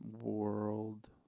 World